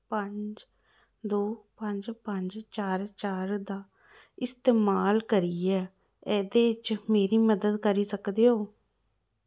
पंज दो पंज पंज चार चार दा इस्तेमाल करियै एह्दे च मेरी मदद करी सकदे ओ